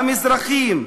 המזרחים,